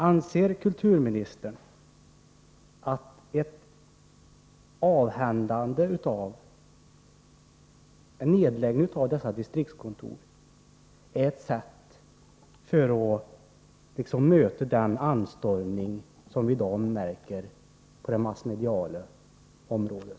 Anser kulturministern att en nedläggning av de aktuella distriktskontoren är ett sätt att möta den anstormning som vi i dag märker på det massmediala området?